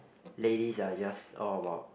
ladies are just all about